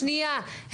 שנייה,